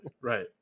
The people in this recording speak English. Right